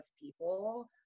people